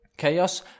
Chaos